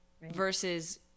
Versus